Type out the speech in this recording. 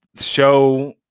show